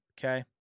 Okay